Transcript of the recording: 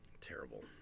Terrible